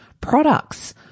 Products